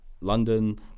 London